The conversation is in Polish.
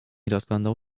rozglądał